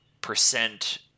percent